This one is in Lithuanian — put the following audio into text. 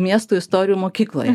miestų istorijų mokykloje